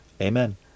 Amen